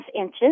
inches